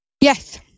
Yes